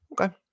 Okay